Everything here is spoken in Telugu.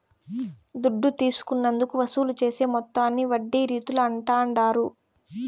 దుడ్డు తీసుకున్నందుకు వసూలు చేసే మొత్తాన్ని వడ్డీ రీతుల అంటాండారు